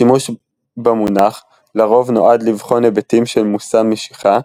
השימוש במונח לרוב נועד לבחון היבטים של מושא משיכה,